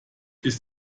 ist